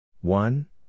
one